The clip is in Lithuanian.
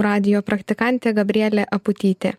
radijo praktikantė gabrielė aputytė